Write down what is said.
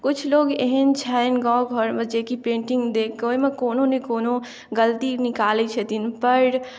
किछु लोग एहन छै गाँव घरमे जे कि पेन्टिंग देखके ओहिमे कोनो ने कोनो गलती निकालै छथिन पर